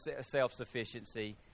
self-sufficiency